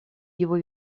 его